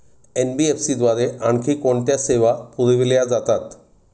NBFC द्वारे आणखी कोणत्या सेवा पुरविल्या जातात?